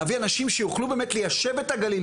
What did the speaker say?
להביא אנשים שיוכלו באמת ליישב את הגליל,